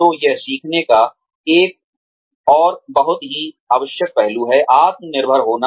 तो यह सीखने का एक और बहुत ही आवश्यक पहलू है आत्मनिर्भर होना